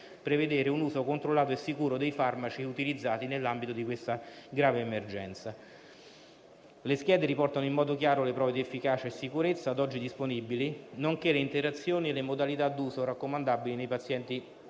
prevedere un uso controllato e sicuro dei farmaci utilizzati nell'ambito di questa grave emergenza. Le schede riportano in modo chiaro le prove di efficacia e sicurezza ad oggi disponibili, nonché le interazioni e le modalità d'uso raccomandabili nei pazienti